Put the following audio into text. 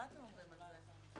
מה משרד המשפטים אומר על זה?